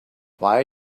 why